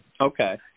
Okay